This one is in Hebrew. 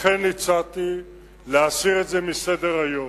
לכן הצעתי להסיר את זה מסדר-היום.